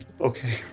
Okay